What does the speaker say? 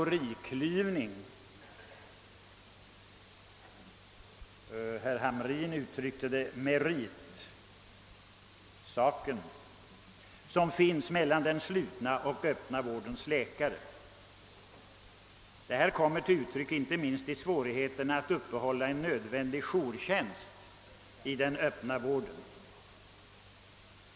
Regeringen och riksdagen har anledning att fundera på denna sak. Denna kategoriklyvning kommer till uttryck inte minst i svårigheten att upprätthålla en nödvändig jourtjänst inom den öppna vården.